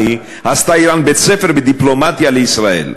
עשתה איראן בית-ספר בדיפלומטיה לישראל.